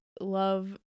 love